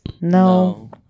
No